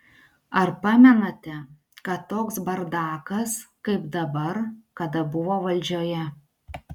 ar pamenate kad toks bardakas kaip dabar kada buvo valdžioje